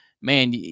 Man